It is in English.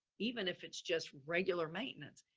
even if it's just regular maintenance,